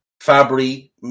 Fabry